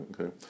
Okay